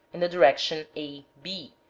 in the direction a, b,